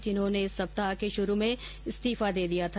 जिन्होंने इस सप्ताह के शुरू में इस्तीफा दे दिया था